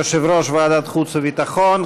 יושב-ראש ועדת חוץ וביטחון.